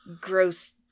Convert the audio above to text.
gross